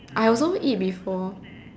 I also eat before